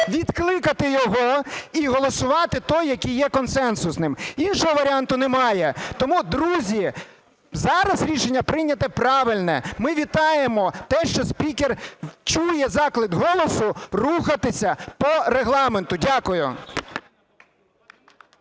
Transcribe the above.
відкликати його і голосувати той, який є консенсусним. Іншого варіанту немає. Тому, друзі, зараз рішення прийнято правильне. Ми вітаємо те, що спікер чує заклик "Голосу" рухатися по Регламенту. Дякую.